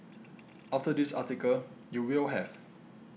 after this article you will have